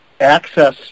access